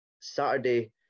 Saturday